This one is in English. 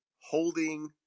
holding